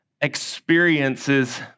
experiences